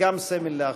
וגם סמל לאחדותו.